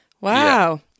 Wow